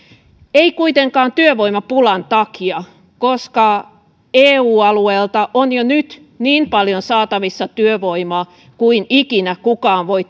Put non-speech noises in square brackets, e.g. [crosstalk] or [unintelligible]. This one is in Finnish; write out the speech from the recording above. ei kuitenkaan työvoimapulan takia koska eu alueelta on jo nyt niin paljon saatavissa työvoimaa kuin ikinä kukaan voi [unintelligible]